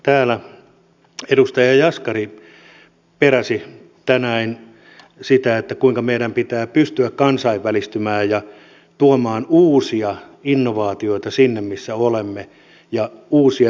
täällä edustaja jaskari peräsi tänään sitä kuinka meidän pitää pystyä kansainvälistymään ja tuomaan uusia innovaatioita ja uusia tulevaisuuden hankkeita sinne missä olemme